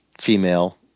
female